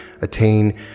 attain